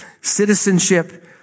Citizenship